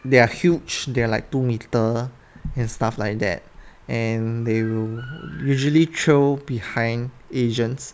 they are huge they are like two meter and stuff like that and they will usually trail behind asians